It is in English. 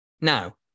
Now